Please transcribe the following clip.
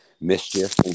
mischief